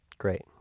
Great